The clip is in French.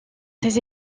ses